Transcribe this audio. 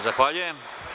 Zahvaljujem.